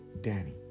Danny